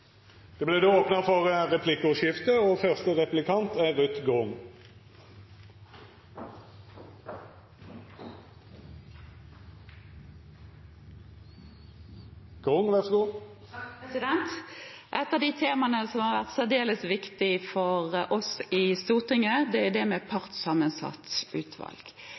Det vert replikkordskifte. Et av de temaene som har vært særdeles viktige for oss i Stortinget, er det med partssammensatt utvalg.